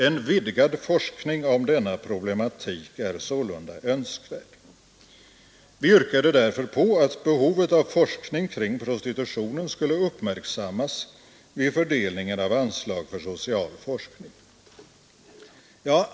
En vidgad forskning om denna problematik är sålunda önskvärd.” Vi yrkade därför på att behovet av forskning kring prostitutionen skulle uppmärksammas vid fördelningen av anslag för social forskning.